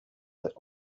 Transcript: that